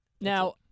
Now